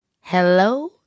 Hello